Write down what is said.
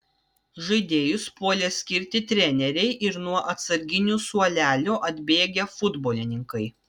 žaidėjus puolė skirti treneriai ir nuo atsarginių suolelio atbėgę futbolininkai